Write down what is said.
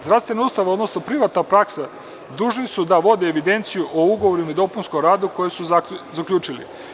Zdravstvena ustanova odnosno privatna praksa dužni su da vode evidenciju o ugovorima i dopunskom radu koji su zaključili.